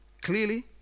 clearly